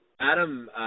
Adam